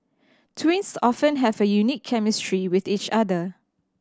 twins often have a unique chemistry with each other